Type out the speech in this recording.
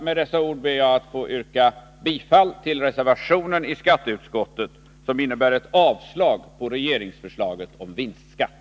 Med dessa ord ber jag att få yrka bifall till reservationen vid skatteutskottets betänkande, som innebär avslag på regeringsförslaget om vinstskatt.